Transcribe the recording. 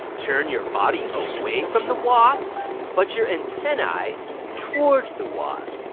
turn your body away from the wasp but your antennae towards the wasp.